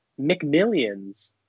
McMillions